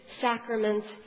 sacraments